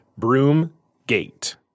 Broomgate